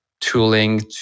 tooling